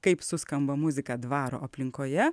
kaip suskamba muzika dvaro aplinkoje